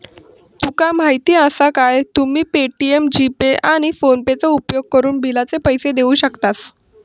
तुका माहीती आसा काय, तुम्ही पे.टी.एम, जी.पे, आणि फोनेपेचो उपयोगकरून बिलाचे पैसे देऊ शकतास